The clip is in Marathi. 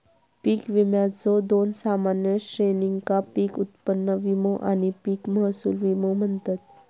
पीक विम्याच्यो दोन सामान्य श्रेणींका पीक उत्पन्न विमो आणि पीक महसूल विमो म्हणतत